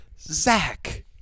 Zach